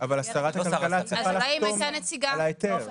אבל שרת הכלכלה צריכה לחתום על ההיתר.